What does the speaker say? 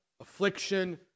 affliction